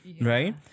right